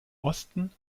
osten